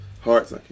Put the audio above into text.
hearts